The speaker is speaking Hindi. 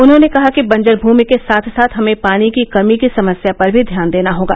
उन्होंने कहा कि बंजर भूमि के साथ साथ हमें पानी की कमी की समस्या पर भी ध्यान देना होगा